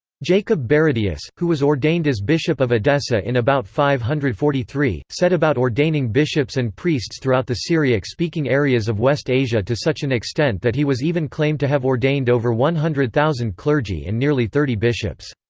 jacob baradaeus, who was ordained as bishop of edessa in about five hundred and forty three, set about ordaining bishops and priests throughout the syriac-speaking areas of west asia to such an extent that he was even claimed to have ordained over one hundred thousand clergy and nearly thirty bishops.